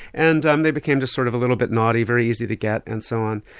and um they became just sort of a little bit naughty, very easy to get and so on.